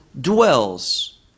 dwells